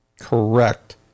correct